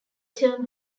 term